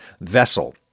vessel